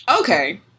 Okay